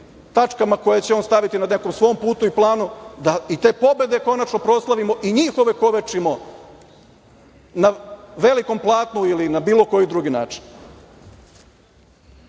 tačkama koje će on staviti na nekom svom putu i planu da i te pobede konačno proslavimo i njih ovekovečimo na velikom platnu ili na koji drugi način. Kao